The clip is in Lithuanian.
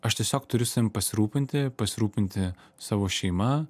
aš tiesiog turiu savim pasirūpinti pasirūpinti savo šeima